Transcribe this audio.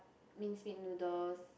minced meat noodles